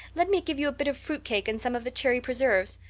let me give you a bit of fruit cake and some of the cherry preserves.